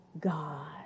God